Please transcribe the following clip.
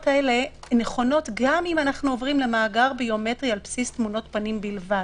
הן נכונות גם אם אנחנו עוברים למאגר ביומטרי על בסיס תמונות פנים בלבד.